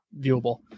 viewable